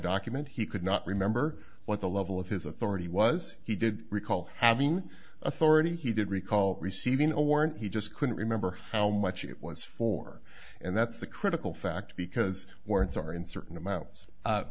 document he could not remember what the level of his authority was he did recall having authority he did recall receiving a warrant he just couldn't remember how much it was for and that's the critical factor because words are in certain amounts